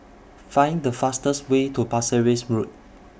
Find The fastest Way to Pasir Ris Road